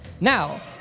Now